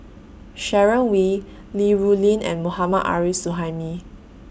Sharon Wee Li Rulin and Mohammad Arif Suhaimi